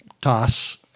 toss